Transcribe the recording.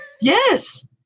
Yes